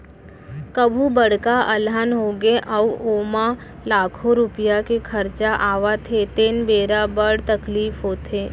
कभू बड़का अलहन होगे अउ ओमा लाखों रूपिया के खरचा आवत हे तेन बेरा बड़ तकलीफ होथे